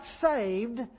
saved